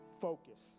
focus